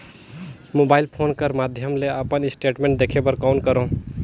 Mobile phone कर माध्यम ले अपन स्टेटमेंट देखे बर कौन करों?